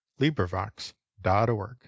LibriVox.org